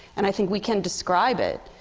and i think we can describe it.